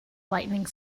lightning